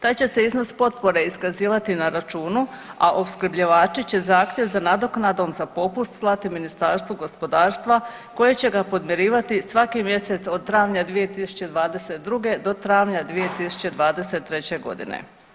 Taj će se iznos potpore iskazivati na računu, a opskrbljivači će zahtjev za nadoknadom za popust slati Ministarstvu gospodarstva koji će ga podmirivati svaki mjesec od travnja 2022. do travnja 2023. godine.